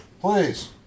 Please